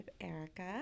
erica